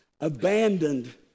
abandoned